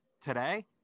Today